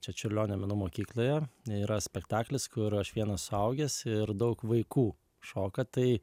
čia čiurlionio menų mokykloje yra spektaklis kur aš vienas suaugęs ir daug vaikų šoka tai